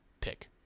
pick